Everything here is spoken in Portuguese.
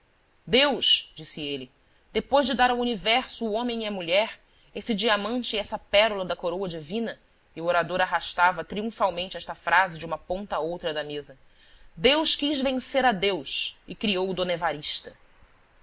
deus disse ele depois de dar o universo ao homem e à mulher esse diamante e essa pérola da coroa divina e o orador arrastava triunfalmente esta frase de uma ponta a outra da mesa deus quis vencer a deus e criou d evarista